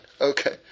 Okay